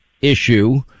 issue